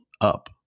up